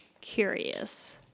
curious